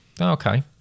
Okay